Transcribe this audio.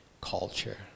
culture